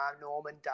Norman